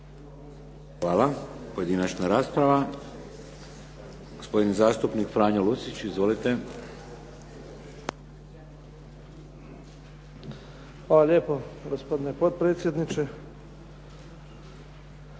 Hvala. Pojedinačna rasprava. Gospodin zastupnik Franjo Lucić. Izvolite. **Lucić, Franjo (HDZ)** Hvala lijepo gospodine potpredsjedniče.